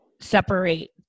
separate